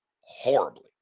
horribly